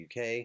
UK